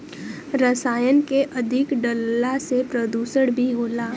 रसायन के अधिक डलला से प्रदुषण भी होला